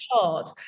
chart